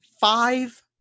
five